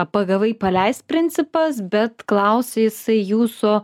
pagavai paleisk principas bet klausia jisai jūsų